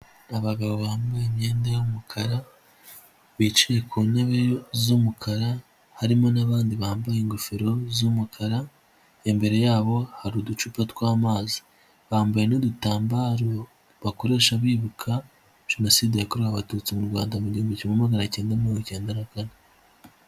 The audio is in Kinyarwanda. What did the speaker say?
Abagabo bambaye imyenda y'umukara, bicaye ku ntebe z'umukara, harimo n'abandi bambaye ingofero z'umukara, imbere yabo hari uducupa tw'amazi, bambaye n'udutambaro bakoresha bibuka Jenoside yakorewe Abatutsi mu Rwanda mu gihumbi kimwe magana cyenda mirongo icyenda na kane.